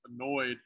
annoyed